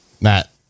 Matt